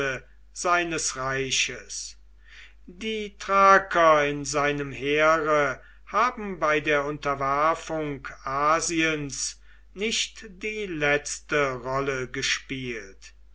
seines reiches die thraker in seinem heere haben bei der unterwerfung asiens nicht die letzte rolle gespielt